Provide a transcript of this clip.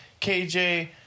KJ